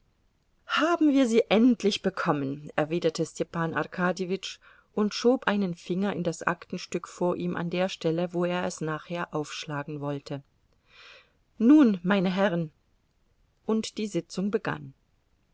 haben wir sie endlich bekommen erwiderte stepan arkadjewitsch und schob einen finger in das aktenstück vor ihm an der stelle wo er es nachher aufschlagen wollte nun meine herren und die sitzung begann